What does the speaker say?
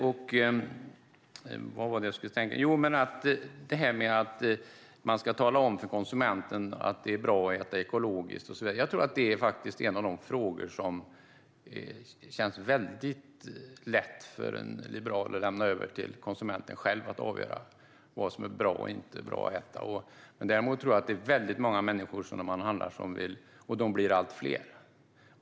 När det gäller detta med att man ska tala om för konsumenten att det är bra att äta ekologiskt och så vidare tror jag faktiskt att det känns väldigt lätt för en liberal att lämna över till konsumenten själv att avgöra vad som är bra och inte bra att äta. Däremot tror jag att det är väldigt många människor som vill handla ekologiskt - och att de blir allt fler.